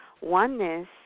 oneness